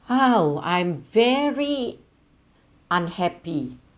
hello I'm very unhappy